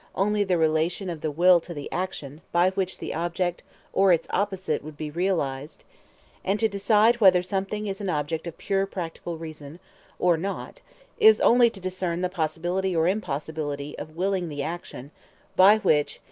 only the relation of the will to the action by which the object or its opposite would be realized and to decide whether something is an object of pure practical reason or not is only to discern the possibility or impossibility of willing the action by which,